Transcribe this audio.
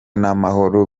n’amahoro